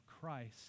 Christ